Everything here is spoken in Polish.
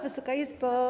Wysoka Izbo!